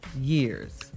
years